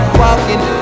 walking